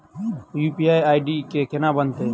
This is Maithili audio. यु.पी.आई आई.डी केना बनतै?